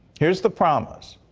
here's the promise.